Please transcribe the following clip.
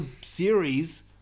series